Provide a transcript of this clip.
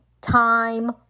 time